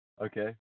Okay